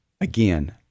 again